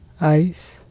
eyes